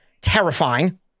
terrifying